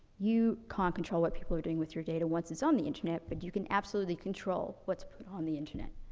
you can't control what people are doing with your data once it's on the internet, but you can absolutely control what's put on the internet.